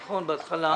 נכון בהתחלה?